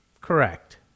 Correct